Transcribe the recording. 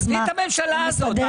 עזבי את הממשלה הזאת.